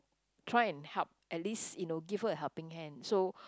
try and help at least you know give her a helping hand so